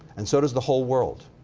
and so does the whole world.